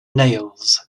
nails